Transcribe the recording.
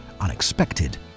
unexpected